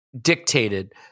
dictated